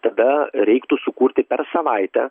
tada reiktų sukurti per savaitę